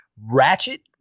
Ratchet